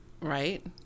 Right